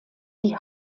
die